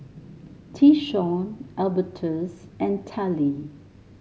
Tyshawn Albertus and Tallie